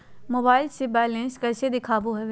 Mobile से balance कैसे देखाबो है?